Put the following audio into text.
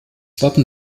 wappen